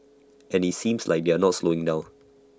and IT seems like they're not slowing down